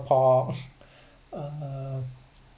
pork uh